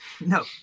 No